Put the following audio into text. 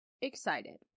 excited